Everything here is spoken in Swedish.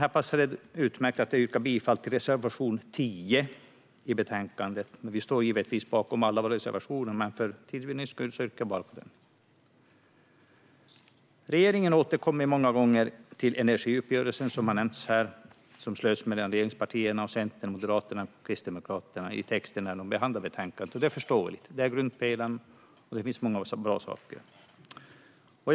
Här passar det utmärkt att jag yrkar bifall till reservation 10 i betänkandet. Vi står givetvis bakom alla våra reservationer, men för tids vinnande yrkar jag bifall bara till den. Regeringen återkommer många gånger till energiuppgörelsen, som har nämnts här och som slöts mellan regeringspartierna och Centern, Moderaterna och Kristdemokraterna, i texten som behandlar betänkandet. Detta är förståeligt. Den är grundpelaren, och det finns mycket som är bra.